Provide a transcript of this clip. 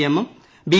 എമ്മും ബി